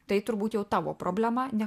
tai turbūt jau tavo problema ne